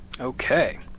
Okay